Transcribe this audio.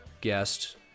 guest